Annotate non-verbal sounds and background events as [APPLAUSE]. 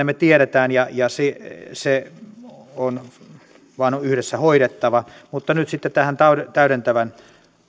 [UNINTELLIGIBLE] me tiedämme ja se se on vain yhdessä hoidettava mutta nyt sitten tähän täydentävän